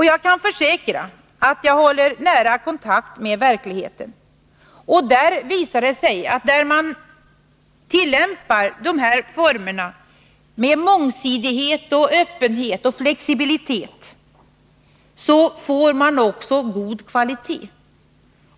Jag kan försäkra att jag håller nära kontakt med verkligheten, och det visar sig att man där man tillämpar formerna med mångsidighet, öppenhet och flexibilitet också får god kvalitet.